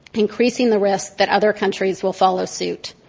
increasing the risk that other countries will follow suit.